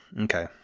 Okay